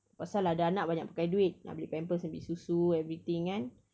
pasal ada anak banyak pakai duit nak beli pampers nak beli susu everything kan